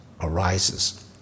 arises